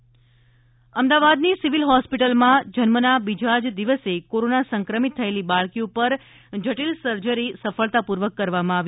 સફળ surgery civil અમદાવાદની civil હોસ્પિટલમાં જન્મના બીજા જ દિવસે કોરોના સંક્રમિત થયેલી બાળકી પર જટિલ સર્જરી સફળતાપૂર્વક કરવામાં આવી